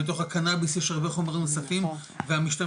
בתוך הקנאביס יש הרבה חומרים נוספים והמשתמשים